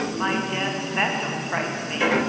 my death? that don't frighten me!